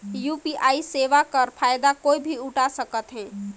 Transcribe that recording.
UPI सेवा कर फायदा कोई भी उठा सकथे?